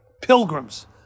pilgrims